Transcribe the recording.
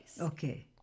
Okay